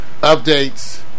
updates